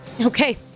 Okay